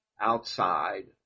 outside